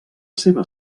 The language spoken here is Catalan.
seva